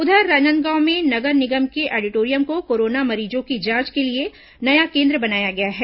उधर राजनांदगांव में नगर निगम के ऑडिटोरियम को कोरोना मरीजों की जांच के लिए नया केन्द्र बनाया गया है